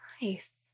Nice